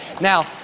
Now